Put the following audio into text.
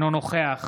אינו נוכח